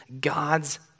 God's